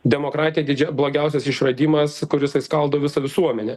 demokratija didžia blogiausias išradimas kur jisai skaldo visą visuomenę